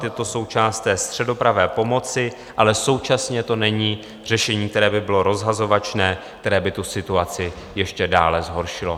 Je to součást středopravé pomoci, ale současně to není řešení, které by bylo rozhazovačné, které by situaci ještě dále zhoršilo.